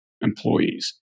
employees